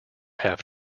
have